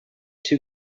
two